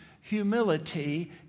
humility